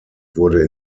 wurde